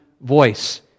voice